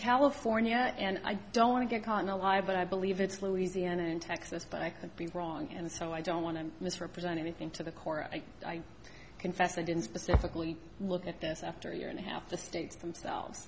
california and i don't want to get caught in a lie but i believe it's louisiana and texas but i could be wrong and so i don't want to misrepresent anything to the core and i confess i didn't specifically look at this after a year and a half the states themselves